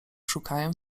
szukają